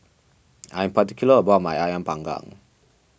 I am particular about my Ayam Panggang